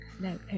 No